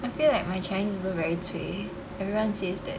I feel like my chinese is also very cui everyone says that